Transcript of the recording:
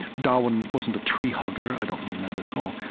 darwin wasn't a tree-hugger. i don't mean that at all.